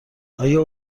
آیا